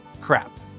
crap